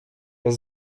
das